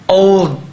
old